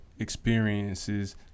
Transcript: Experiences